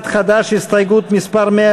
הסתייגות מס' 100: